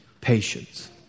patience